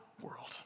world